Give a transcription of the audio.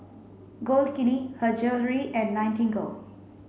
Gold Kili Her Jewellery and Nightingale